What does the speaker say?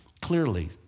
clearly